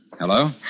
Hello